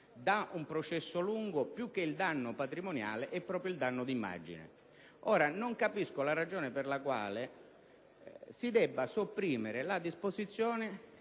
da un processo lungo, più che quello patrimoniale, sia proprio il danno di immagine. Non capisco la ragione per la quale si debba sopprimere la disposizione